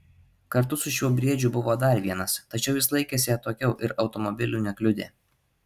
kartu su šiuo briedžiu buvo dar vienas tačiau jis laikėsi atokiau ir automobilių nekliudė